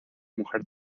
mujer